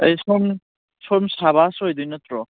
ꯑꯩ ꯁꯣꯝ ꯁꯥꯕꯥꯁ ꯑꯣꯏꯗꯣꯏ ꯅꯠꯇ꯭ꯔꯣ